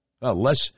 Less